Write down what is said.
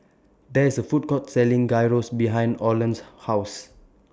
There IS A Food Court Selling Gyros behind Oland's House